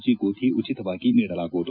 G ಗೋಧಿ ಉಚಿತವಾಗಿ ನೀಡಲಾಗುವುದು